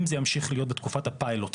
אם זה ימשיך להיות בתקופת הפיילוט.